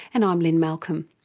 and um lynne malcolm.